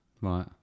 Right